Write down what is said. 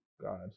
God